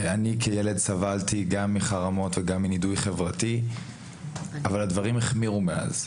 אני כילד סבלתי גם מחרמות וגם מנידוי חברתי אבל הדברים החמירו מאז.